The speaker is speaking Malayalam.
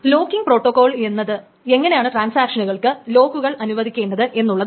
ലോക്കിങ്ങ് പ്രോട്ടോകോൾ എന്നത് എങ്ങനെയാണ് ട്രാൻസാക്ഷനുകൾക്ക് ലോക്കുകൾ അനുവദിക്കേണ്ടത് എന്നുള്ളതാണ്